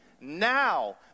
now